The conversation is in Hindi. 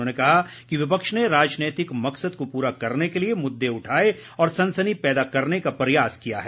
उन्होंने कहा कि विपक्ष ने राजनीतिक मकसद को पूरा करने के लिए मुद्दे उठाए और सनसनी पैदा करने का प्रयास किया है